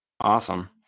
awesome